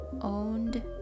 owned